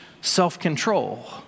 self-control